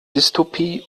dystopie